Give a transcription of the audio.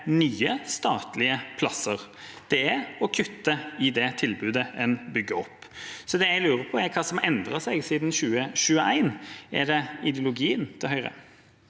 nye statlige plasser. Det er å kutte i det tilbudet en bygger opp. Jeg lurer på hva som har endret seg siden 2021. Er det Høyres